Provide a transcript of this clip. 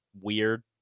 weird